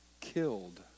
killed